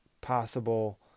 possible